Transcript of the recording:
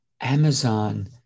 Amazon